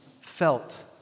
felt